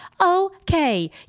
Okay